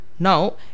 Now